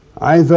i thought